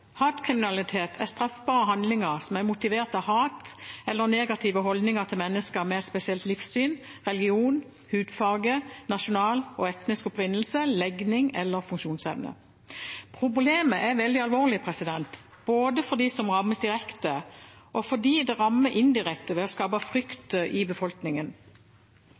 Hatkriminalitet er straffbare handlinger som er motivert av hat eller negative holdninger til mennesker med et spesielt livssyn, religion, hudfarge, nasjonal og etnisk opprinnelse, legning eller funksjonsevne. Problemet er veldig alvorlig både for dem som rammes direkte, og fordi det rammer indirekte ved å skape frykt i befolkningen.